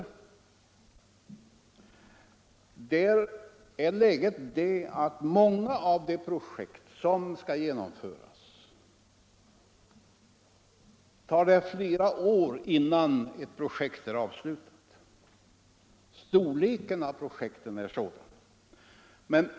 Beträffande programländerna är läget det, att många av de projekt som där skall genomföras tar flera år att avsluta. Projektens storleksordning är sådan.